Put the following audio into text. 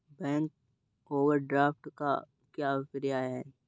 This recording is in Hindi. बैंक ओवरड्राफ्ट का क्या अभिप्राय है?